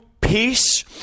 peace